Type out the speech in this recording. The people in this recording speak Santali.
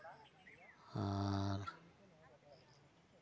ᱟᱨ